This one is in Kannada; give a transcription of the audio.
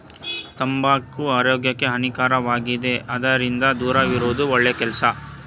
ತಂಬಾಕು ಆರೋಗ್ಯಕ್ಕೆ ಹಾನಿಕಾರಕವಾಗಿದೆ ಅದರಿಂದ ದೂರವಿರುವುದು ಒಳ್ಳೆ ಕೆಲಸ